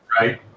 right